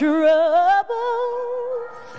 Troubles